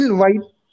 white